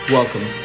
Welcome